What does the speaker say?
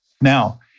Now